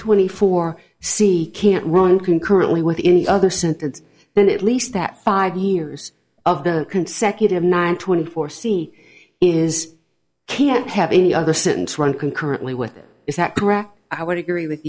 twenty four c can't run concurrently with any other sentence then at least that five years of the consecutive nine twenty four c is can't have any other sentence run concurrently with it is that correct i would agree with